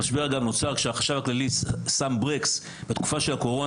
המשבר גם נוצר כשהחשב הכללי שם ברקס בתקופה של הקורונה.